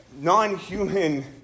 non-human